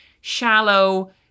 shallow